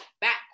back